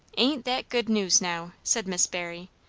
ain't that good news, now! said miss barry,